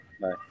Bye